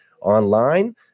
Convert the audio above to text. online